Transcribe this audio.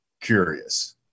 curious